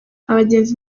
abagenzi